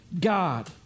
God